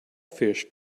fish